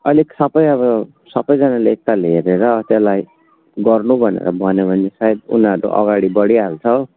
अलिक सब अब सबजनाले एक ताल हेरेर त्यसलाई गर्नु भनेर भन्यो भने सायद उनीहरू अगाडि बढिहाल्छ हो